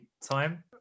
time